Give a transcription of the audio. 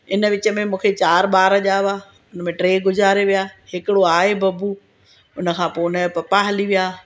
इन विच में मूंखे चारि ॿार जाया हुनमें टे गुजारे विया हिकिड़ो आहे बबु उन खां पोइ हुनजा पपा हली विया